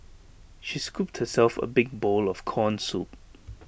she scooped herself A big bowl of Corn Soup